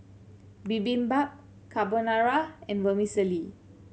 Bibimbap Carbonara and Vermicelli